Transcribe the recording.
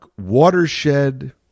watershed